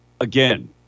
again